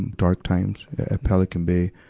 and dark times at pelican bay,